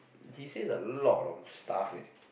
he says a lot of stuff leh